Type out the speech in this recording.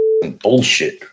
bullshit